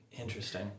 Interesting